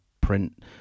print